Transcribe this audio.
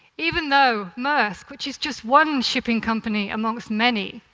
even though maersk, which is just one shipping company amongst many,